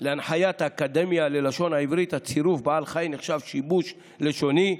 להנחיית האקדמיה ללשון העברית הצירוף "בעל חי" נחשב שיבוש לשוני,